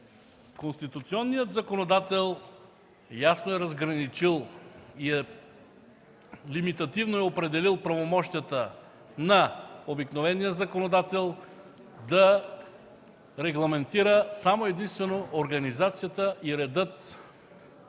конституционният законодател ясно е разграничил и лимитативно е определил правомощията на обикновения законодател да регламентира само единствено организацията и реда